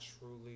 truly